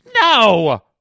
no